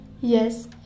Yes